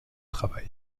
travail